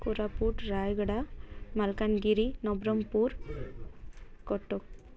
Koraput Rayagada Malkangiri Nabarangpur Cuttack